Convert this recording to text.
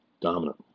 dominant